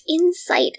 insight